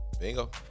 Bingo